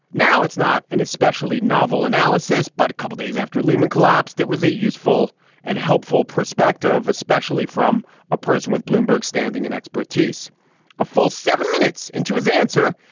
now, it's not an especially novel analysis, but a couple days after lehman collapsed, it was a useful and helpful perspective, especially from a person with bloomberg standing in expertise a full seven minutes into his answer,